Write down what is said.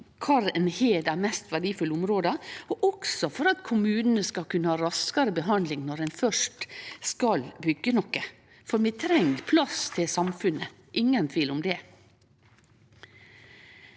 kvar ein har dei mest verdifulle områda, og for at kommunane skal kunne ha raskare behandling når ein først skal byggje noko. For vi treng plass til samfunnet; det er ingen tvil om det.